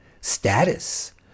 status